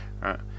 right